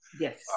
yes